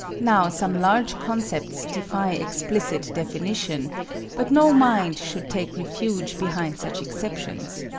now some large concepts defy explicit definition but no mind should take refuge behind such exceptions,